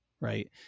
Right